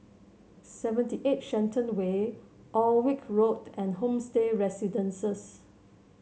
seventy eight Shenton Way Alnwick Road and Homestay Residences